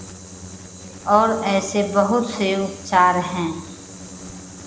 और ऐसे बहुत से उपचार हैं